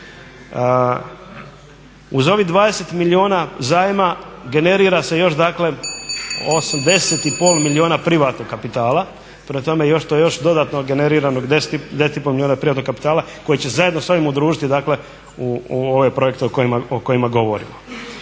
Uz ovih 20 milijuna zajma generira se još dakle 80,5 milijuna privatnog kapitala. Prema tome to je još dodatno generiranog 9,5 milijuna privatnog kapitala koji će se zajedno s ovim udružiti dakle u ove projekte o kojima govorimo.